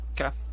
Okay